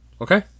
okay